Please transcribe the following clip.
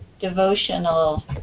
devotional